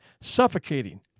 suffocating